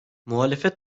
muhalefet